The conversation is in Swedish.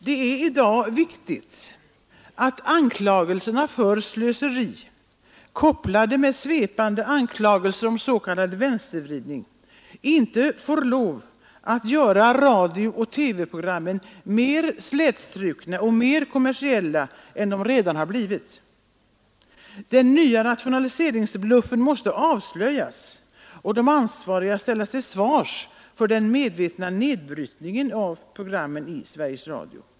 Det är i dag viktigt att anklagelserna för slöseri, kopplade med svepande anklagelser om s.k. vänstervridning, inte får lov att göra radiooch TV-programmen mer slätstrukna och mer kommer e redan har blivit. Den nya rationaliseringsbluffen måste avslöjas och de ansvariga ställas till svars för den medvetna nedbrytningen av programmen i Sveriges Radio.